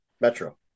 Metro